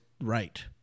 right